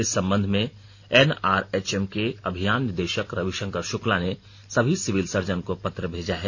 इस संबध में एनआरएचएम के अभियान निदेशक रवि शंकर शुक्ला ने सभी सिविल सर्जन को पत्र भेजा है